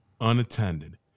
unattended